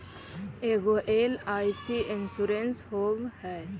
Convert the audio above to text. ऐगो LIC insurance होव है?